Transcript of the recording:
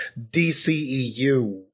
DCEU